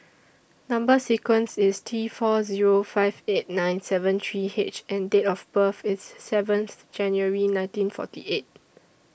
Number sequence IS T four Zero five eight nine seven three H and Date of birth IS seventh January nineteen forty eight